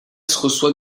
reçoit